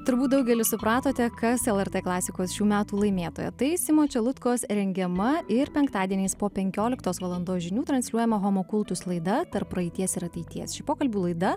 turbūt daugelis supratote kas lrt klasikos šių metų laimėtoja tai simo čelutkos rengiama ir penktadieniais po penkioliktos valandos žinių transliuojama homo kultus laida tarp praeities ir ateities ši pokalbių laida